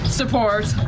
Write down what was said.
support